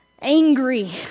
Angry